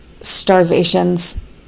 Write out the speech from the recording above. starvations